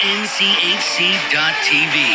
nchc.tv